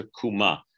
Kuma